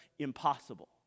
impossible